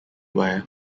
weir